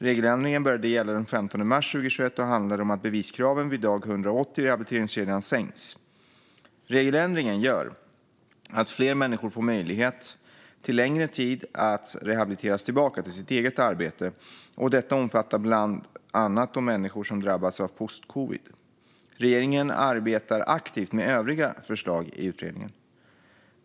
Regeländringen började gälla den 15 mars 2021 och handlar om att beviskraven vid dag 180 i rehabiliteringskedjan sänks. Regeländringen gör att fler människor får möjlighet till längre tid att rehabiliteras tillbaka till sitt eget arbete, och detta omfattar bland annat de människor som drabbats av postcovid. Regeringen arbetar aktivt med övriga förslag i utredningen.